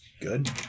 good